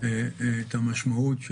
את הבדיקות המהירות.